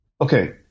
okay